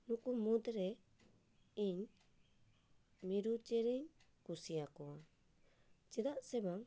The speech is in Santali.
ᱱᱩᱠᱩ ᱢᱩᱫᱽᱨᱮ ᱤᱧ ᱢᱤᱨᱩ ᱪᱮᱬᱮᱧ ᱠᱩᱥᱤᱭᱟᱠᱚᱣᱟ ᱪᱮᱫᱟᱜ ᱥᱮᱵᱟᱝ